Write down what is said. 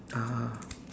ah